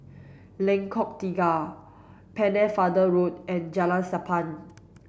Lengkok Tiga Pennefather Road and Jalan Sappan